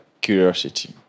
curiosity